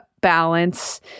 balance